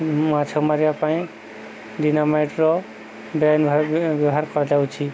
ମାଛ ମାରିବା ପାଇଁ ଡିନାମାଇଟର ବେଆଇନ୍ ବ୍ୟବହାର କରାଯାଉଛି